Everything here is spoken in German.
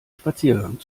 spaziergang